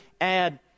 add